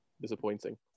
disappointing